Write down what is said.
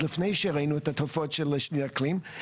לפני שראינו את התופעות של משבר האקלים,